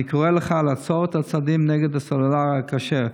אני קורא לך לעצור את הצעדים נגד הסלולר הכשר.